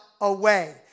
away